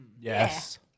Yes